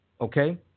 Okay